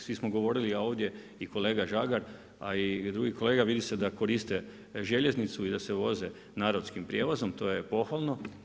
Svi smo govorili, a ovdje i kolega Žagar i drugi kolege vidi se da koriste željeznicu i da se voze narodskim prijevozom, to je pohvalno.